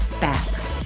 back